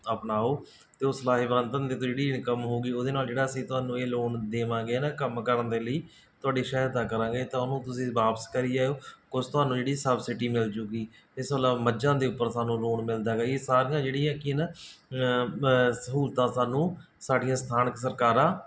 ਆਪਣਾਓ ਅਤੇ ਉਸ ਲਾਹੇਵੰਦ ਧੰਦੇ ਤੋਂ ਜਿਹੜੀ ਇਨਕਮ ਹੋਵੇਗੀ ਉਹਦੇ ਨਾਲ ਜਿਹੜਾ ਅਸੀਂ ਤੁਹਾਨੂੰ ਇਹ ਲੋਨ ਦੇਵਾਂਗੇ ਨਾ ਕੰਮ ਕਰਨ ਦੇ ਲਈ ਤੁਹਾਡੀ ਸਹਾਇਤਾ ਕਰਾਂਗੇ ਤਾਂ ਉਹਨੂੰ ਤੁਸੀਂ ਵਾਪਿਸ ਕਰੀ ਜਾਇਓ ਕੁਛ ਤੁਹਾਨੂੰ ਜਿਹੜੀ ਸਬਸਿਡੀ ਮਿਲ ਜੂਗੀ ਇਸ ਤੋਂ ਇਲਾਵਾ ਮੱਝਾਂ ਦੇ ਉੱਪਰ ਸਾਨੂੰ ਲੋਨ ਮਿਲਦਾ ਹੈਗਾ ਇਹ ਸਾਰੀਆਂ ਜਿਹੜੀਆਂ ਕਿ ਨਾ ਸਹੂਲਤਾਂ ਸਾਨੂੰ ਸਾਡੀਆਂ ਸਥਾਨਕ ਸਰਕਾਰਾਂ